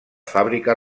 fàbrica